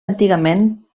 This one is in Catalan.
antigament